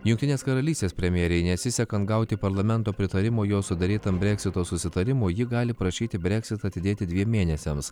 jungtinės karalystės premjerei nesisekant gauti parlamento pritarimo jos sudarytam breksito susitarimui ji gali prašyti breksitą atidėti dviem mėnesiams